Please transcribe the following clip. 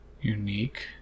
Unique